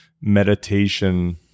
meditation